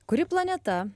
kurį planeta